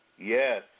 Yes